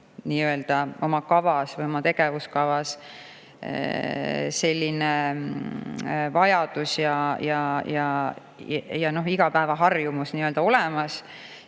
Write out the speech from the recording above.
oma kavas või tegevuskavas selline vajadus ja igapäevaharjumus olemas,